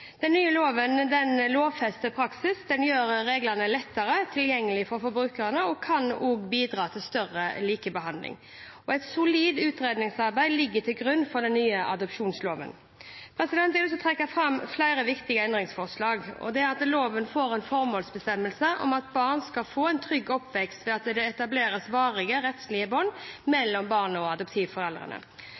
Den nye loven lovfester praksis, gjør reglene lettere tilgjengelig for brukerne og kan også bidra til større likebehandling. Et solid utredningsarbeid ligger til grunn for den nye adopsjonsloven. Jeg har lyst til å trekke fram flere viktige endringsforslag: Loven får en formålsbestemmelse om at barn skal få en trygg oppvekst ved at det etableres varige, rettslige bånd mellom barnet og adoptivforeldrene.